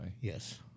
Yes